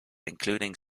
including